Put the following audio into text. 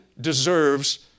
deserves